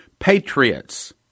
Patriots